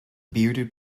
bearded